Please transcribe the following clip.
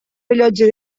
rellotge